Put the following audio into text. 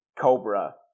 cobra